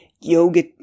yoga